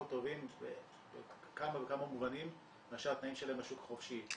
טובים בכמה וכמה מובנים מאשר התנאים שלהם בשוק החופשי.